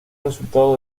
resultado